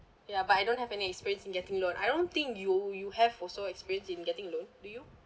ya but I don't have any experience in getting loan I don't think you you have also experience in getting loan do you